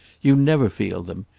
you never feel them.